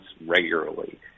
regularly